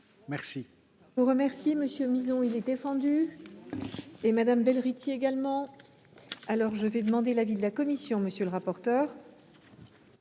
Merci